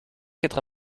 quatre